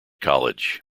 college